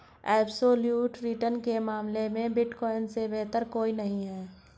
absolute return के मामले में बिटकॉइन से बेहतर कोई नहीं है